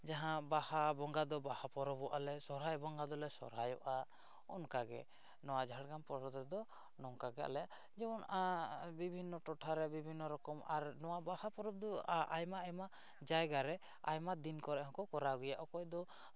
ᱡᱟᱦᱟᱸ ᱵᱟᱦᱟ ᱵᱚᱸᱜᱟ ᱫᱚ ᱵᱟᱦᱟ ᱯᱚᱨᱚᱵᱚᱜᱼᱟ ᱞᱮ ᱥᱚᱦᱨᱟᱭ ᱵᱚᱸᱜᱟ ᱫᱚᱞᱮ ᱥᱚᱦᱨᱟᱭᱚᱜᱼᱟ ᱚᱱᱠᱟᱜᱮ ᱱᱚᱣᱟ ᱡᱷᱟᱲᱜᱨᱟᱢ ᱦᱚᱱᱚᱛ ᱨᱮᱫᱚ ᱱᱚᱝᱠᱟᱜᱮ ᱟᱞᱮ ᱡᱮᱢᱚᱱ ᱵᱤᱵᱷᱤᱱᱱᱚ ᱴᱚᱴᱷᱟᱨᱮ ᱵᱤᱵᱷᱤᱱᱱᱚ ᱨᱚᱠᱚᱢ ᱟᱨ ᱱᱚᱣᱟ ᱵᱟᱦᱟ ᱯᱚᱨᱚᱵᱽ ᱫᱚ ᱟᱭᱢᱟ ᱟᱭᱢᱟ ᱡᱟᱭᱜᱟᱨᱮ ᱟᱭᱢᱟ ᱫᱤᱱ ᱠᱚᱨᱮᱫ ᱦᱚᱸᱠᱚ ᱠᱚᱨᱟᱣ ᱜᱮᱭᱟ ᱚᱠᱚᱭ ᱫᱚ